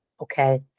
Okay